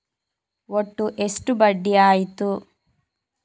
ಒಟ್ಟು ಎಷ್ಟು ಬಡ್ಡಿ ಆಯಿತು?